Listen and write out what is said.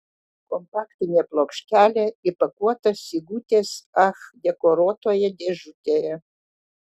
kompaktinė plokštelė įpakuota sigutės ach dekoruotoje dėžutėje